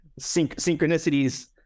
Synchronicities